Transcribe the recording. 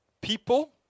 people